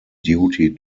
duty